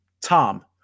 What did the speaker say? Tom